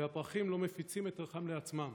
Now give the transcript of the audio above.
והפרחים לא מפיצים את ריחם לעצמם.